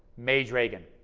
maj ragain.